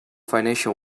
financial